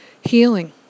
healing